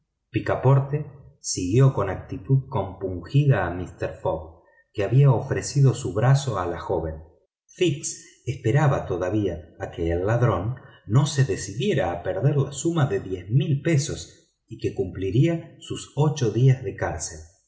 picaporte siguió con actitud compungida a mister fogg que había ofrecido su brazo a la joven fix esperaba todavía que el ladrón no se decidiera a perder la suma de dos mil libras y que cumpliría sus ocho días de cárcel